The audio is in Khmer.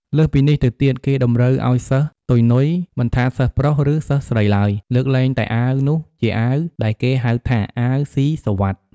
លើសពីនេះទៅទៀត គេតម្រូវអោយសិស្ស ទុយនុយ មិនថាសិស្សប្រុសឬ សិស្សស្រីឡើយ លើកលែងតែអាវនោះជាអាវ ដែលគេហៅថា អាវស៊ីសុវិត្ថ។